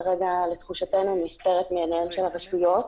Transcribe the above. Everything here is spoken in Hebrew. כרגע לתחושתנו נסתרת מעיניהם של הרשויות.